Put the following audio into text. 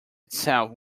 itself